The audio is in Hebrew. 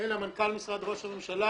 אלא מנכ"ל ראש משרד ראש הממשלה,